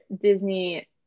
Disney